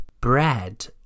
bread